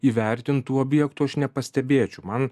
įvertintų objektų aš nepastebėčiau man